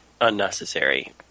unnecessary